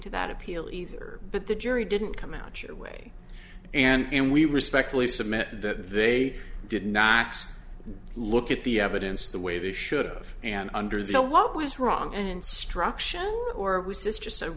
to that appeal either but the jury didn't come out your way and we respectfully submit that they did not look at the evidence the way they should have and under the what was wrong and instruction or was this just